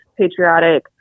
patriotic